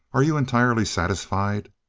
are you entirely satisfied?